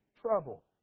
trouble